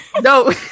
no